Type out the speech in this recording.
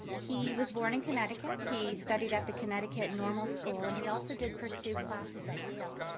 he was born in connecticut. he studied at the connecticut normal school, and he also did pursue classes at yale.